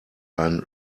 ein